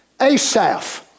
Asaph